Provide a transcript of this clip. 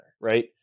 right